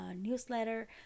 newsletter